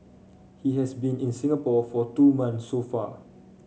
he has been in Singapore for two month so far